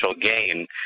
gain